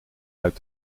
uit